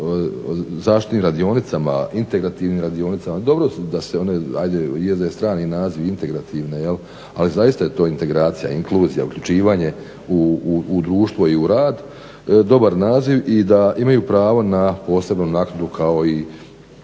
zaštitnim radionicama, integrativnim radionicama, dobro da se one, je da je strani naziv integrativne, ali zaista je to integracija, inkluzija, uključivanje u društvo i u rad dobar naziv i da imaju pravo na posebnu naknadu kao i